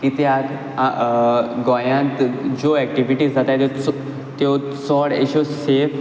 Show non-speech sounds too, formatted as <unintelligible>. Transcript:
कित्याक गोंयांत ज्यो एक्टिविटीज जाताय त्यो <unintelligible> त्यो चड अेश्यो सेफ